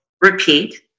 repeat